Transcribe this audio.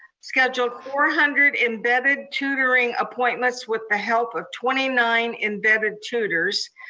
scheduled four hundred embedded tutoring appointments with the help of twenty nine embedded tutors.